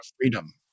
freedom